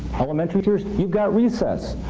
elementary teachers, you've got recess.